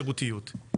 שירותיות.